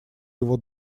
его